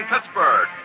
Pittsburgh